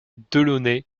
delaunay